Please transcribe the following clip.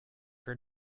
her